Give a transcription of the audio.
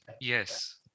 Yes